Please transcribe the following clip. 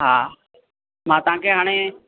हा मां तव्हांखे हाणे